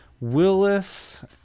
willis